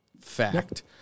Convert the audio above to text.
Fact